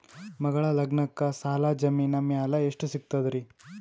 ಮಗಳ ಲಗ್ನಕ್ಕ ಸಾಲ ಜಮೀನ ಮ್ಯಾಲ ಎಷ್ಟ ಸಿಗ್ತದ್ರಿ?